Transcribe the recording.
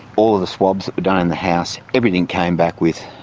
all of the swabs that were done in the house, everything came back with